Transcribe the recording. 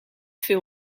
veel